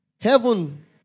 heaven